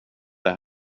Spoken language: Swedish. det